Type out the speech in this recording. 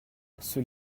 ceux